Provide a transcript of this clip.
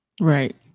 right